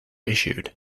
issued